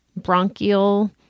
bronchial